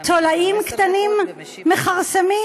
תולעים קטנים מכרסמים.